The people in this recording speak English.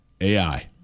AI